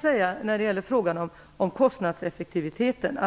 Så några ord om kostnadseffektiviteten.